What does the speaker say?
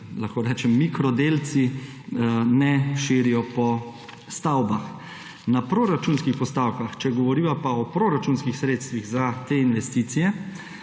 lahko rečem, mikrodelci ne širijo po stavbah. Na proračunskih postavkah, če govoriva pa o proračunskih sredstvih za te investicije,